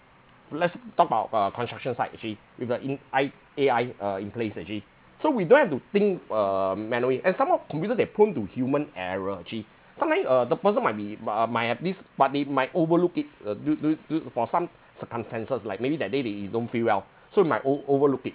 let's talk about uh construction site actually with a in I A_I uh in place actually so we don't have to think uh manually and some more computer they prone to human error actually sometimes uh the person might be uh might have this but they might overlook it uh due due due for some circumstances like maybe that day they don't feel well so might ov~ overlook it